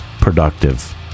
productive